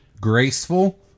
graceful